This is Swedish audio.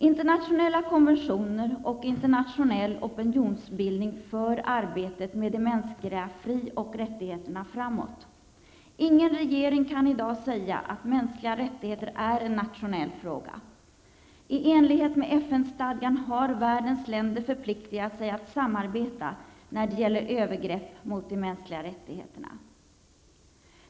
Internationella konventioner och internationell opinionsbildning för arbetet med de mänskliga frioch rättigheterna framåt. Ingen regering kan i dag säga, att mänskliga rättigheter är en nationell fråga. I enlighet med FN-stadgan har världens länder förpliktigat sig att samarbeta när det gäller övergrepp mot de mänskliga rättigheterna.